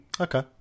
Okay